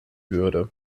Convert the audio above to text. würde